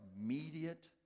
immediate